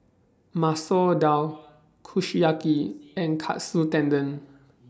Masoor Dal Kushiyaki and Katsu Tendon